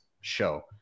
show